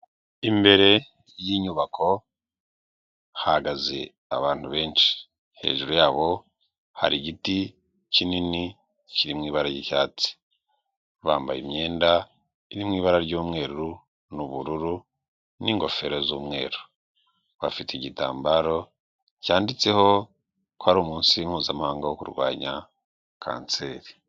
Imbere y'inyubako hahagaze abantu benshi, hejuru yabo hari igiti kinini kiri mu ibara ry'icyatsi, bambaye imyenda iri mu ibara ry'umweru n'ubururu n'ingofero z'umweru, bafite igitambaro cyanditseho ko ari umunsi mpuzamahanga wo kurwanya kanseri.